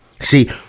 See